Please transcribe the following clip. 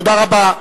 תודה רבה.